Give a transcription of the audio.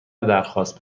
درخواست